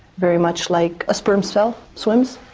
very much like a sperm cell swims,